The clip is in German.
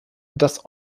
dass